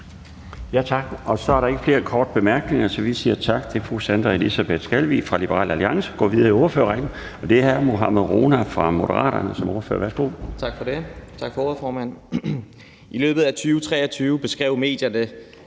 Tak. Så er der ikke flere korte bemærkninger. Så vi siger tak til fru Sandra Elisabeth Skalvig fra Liberal Alliance. Vi går videre i ordførerrækken til hr. Mohammad Rona fra Moderaterne. Værsgo. Kl. 13:09 (Ordfører) Mohammad Rona (M): Tak for det. Tak for ordet, formand. I løbet af 2023 beskrev medierne,